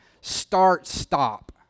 start-stop